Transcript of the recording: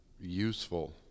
useful